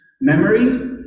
memory